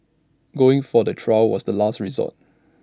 going for the trial was the last resort